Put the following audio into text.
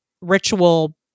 ritual